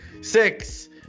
six